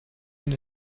and